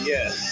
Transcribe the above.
Yes